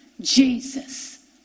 Jesus